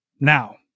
now